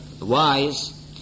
wise